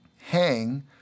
hang